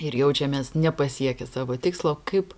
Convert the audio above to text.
ir jaučiamės nepasiekę savo tikslo kaip